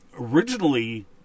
Originally